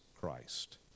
Christ